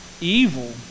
evil